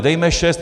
Dejme šest.